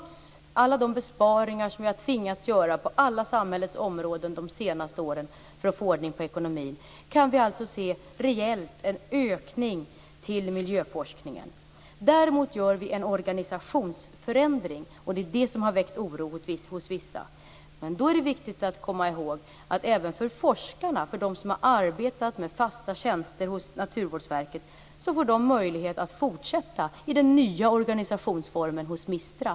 Trots alla de besparingar som vi har tvingats göra på alla samhällets områden under de senaste åren för att få ordning på ekonomin kan vi alltså se en reell ökning till miljöforskningen. Däremot gör vi en organisationsförändring. Det är det som har väckt oro hos vissa. Men då är det viktigt att komma ihåg att de forskare som har haft fasta tjänster hos Naturvårdsverket får möjlighet att fortsätta i den nya organisationsformen hos Mistra.